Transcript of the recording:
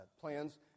plans